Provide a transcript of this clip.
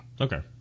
Okay